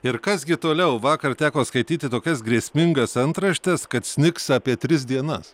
ir kas gi toliau vakar teko skaityti tokias grėsmingas antraštes kad snigs apie tris dienas